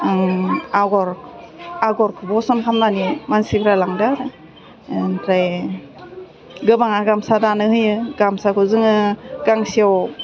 आग'र आग'र फसन खालामनानै मानसिफ्रा लांदो आरो ओमफ्राय गोबाङा गामसा दानो होयो गामसाखौ जोङो गांसेयाव